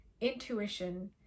intuition